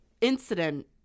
incident